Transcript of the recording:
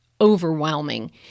overwhelming